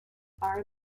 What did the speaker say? are